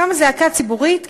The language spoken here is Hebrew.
קמה זעקה ציבורית,